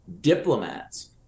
diplomats